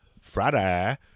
Friday